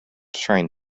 train